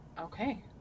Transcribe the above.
Okay